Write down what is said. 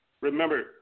Remember